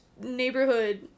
neighborhood